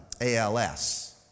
ALS